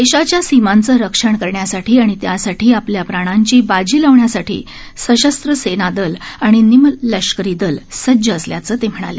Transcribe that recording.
देशाच्या सीमांचं रक्षण करण्यासाठी आणि त्यासाठी आपल्या प्राणांची बाजी लावण्यासाठी सशस्त्र सेना दल आणि निम लष्करी दल सज्ज असल्याचं ते म्हणाले